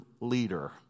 leader